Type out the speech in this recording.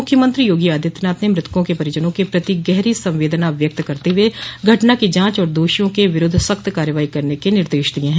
मुख्यमंत्री योगी आदित्यनाथ ने मृतकों के परिजनों के प्रति गहरी संवेदना व्यक्त करते हुए घटना की जांच और दोषियों के विरूद्ध सख्त कार्रवाई करने के निर्देश दिये हैं